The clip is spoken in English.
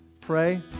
pray